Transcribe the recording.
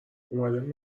اومدم